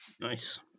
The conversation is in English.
Nice